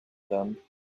them